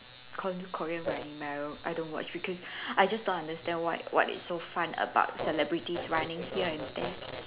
Kor~ Korean running man I don't watch because I just don't understand what what it's so fun about celebrities running here and there